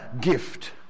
gift